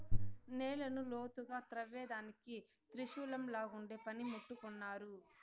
నేలను లోతుగా త్రవ్వేదానికి త్రిశూలంలాగుండే పని ముట్టు కొన్నాను